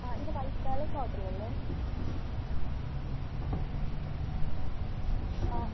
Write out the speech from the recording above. ആ ഇത് white palace hotel അല്ലേ അ